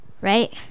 Right